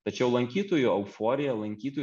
tačiau lankytojų euforija lankytojų